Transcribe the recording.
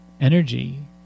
energy